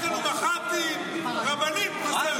יש